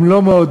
הם לא מעודדים,